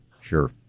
sure